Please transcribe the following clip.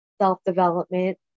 self-development